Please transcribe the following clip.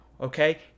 okay